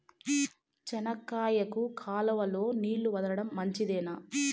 చెనక్కాయకు కాలువలో నీళ్లు వదలడం మంచిదేనా?